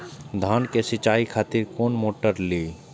धान के सीचाई खातिर कोन मोटर ली?